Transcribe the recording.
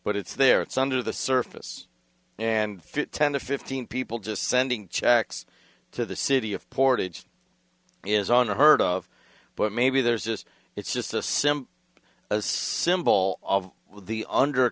but it's there it's under the surface and ten to fifteen people just sending checks to the city of portage is on heard of but maybe there's just it's just a simple as symbol of the